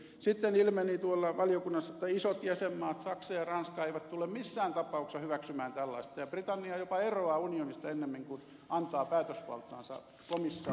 sitten ilmeni tuolla valiokunnassa että isot jäsenmaat saksa ja ranska eivät tule missään ta pauksessa hyväksymään tällaista ja britannia jopa eroaa unionista ennemmin kuin antaa päätösvaltaansa komissiolle